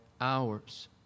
hours